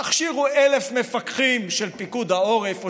תכשירו 1,000 מפקחים של פיקוד העורף או